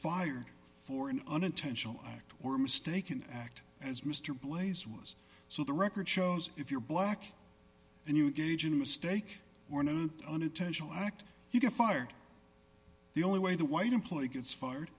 fired for an unintentional act were mistaken act as mr blaze was so the record shows if you're black and you gauge a mistake or another unintentional act you get fired the only way the white employee gets fired